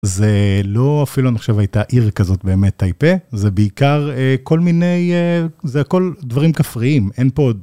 זה לא אפילו נחשב הייתה עיר כזאת באמת טייפה, זה בעיקר כל מיני, זה הכל דברים כפריים, אין פה עוד.